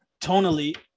tonally